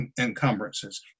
encumbrances